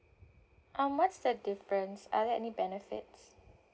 um what's the difference are there any benefits